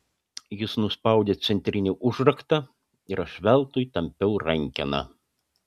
jis nuspaudė centrinį užraktą ir aš veltui tampiau rankeną